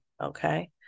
okay